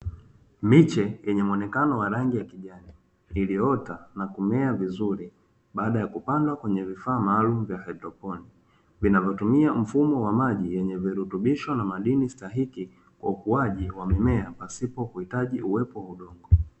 Miche yenye muonekano wa rangi ya kijani, ilioota na kumea vizuri baada ya kupandwa kwenye vifaa maalumu vya haidroponi, vinavyotumia mfumo wa maji vyenye virutubisho na madini stahiki kwa ukuaji wa mimea pasipo kuitaji uwepo wa udongo.